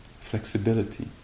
flexibility